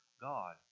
God